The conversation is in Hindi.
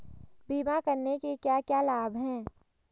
बीमा करने के क्या क्या लाभ हैं?